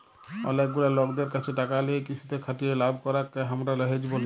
অলেক গুলা লকদের ক্যাছে টাকা লিয়ে কিসুতে খাটিয়ে লাভ করাককে হামরা হেজ ব্যলি